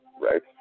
right